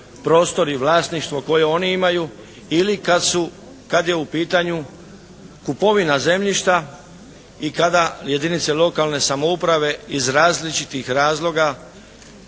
prostori, vlasništvo koje oni imaju ili kad je u pitanju kupovina zemljišta i kada jedinice lokalne samouprave iz različitih razloga